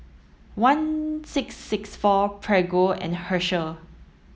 one six six four Prego and Herschel